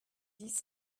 dix